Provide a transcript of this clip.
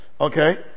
okay